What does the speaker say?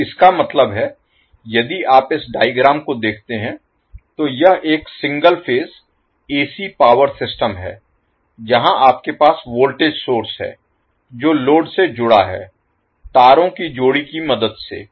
तो इसका मतलब है यदि आप इस डायग्राम को देखते हैं तो यह एक single phase AC power system है जहां आपके पास वोल्टेज सोर्स है जो लोड से जुड़ा है तारों की जोड़ी की मदद से